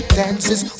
dances